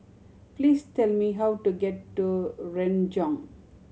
please tell me how to get to Renjong